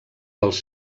dels